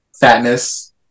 Fatness